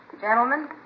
Gentlemen